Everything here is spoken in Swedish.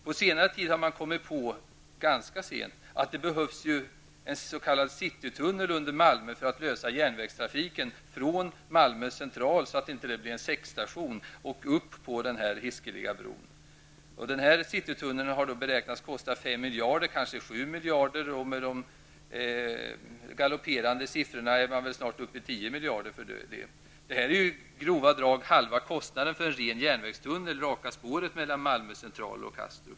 På senare tid har man kommit på att det behövs en s.k. citytunnel under Malmö för att lösa problemet med järnvägstrafiken från Malmö central, så att centralen inte blir en säckstation, och upp på den hiskeliga bron. Citytunneln har beräknats kosta 5-- 7 miljarder kronor -- med de galopperande siffrorna är man väl snart uppe i tio miljarder kronor -- vilket i grova drag är halva kostnaden för en ren järnvägstunnel raka spåret mellan Malmö central och Kastrup.